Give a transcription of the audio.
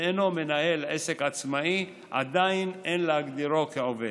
ואינו מנהל עסק עצמאי, עדיין אין להגדירו כעובד.